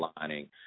lining